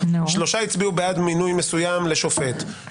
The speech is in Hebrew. שלושה הצביעו בעד מינוי מסוים לשופט,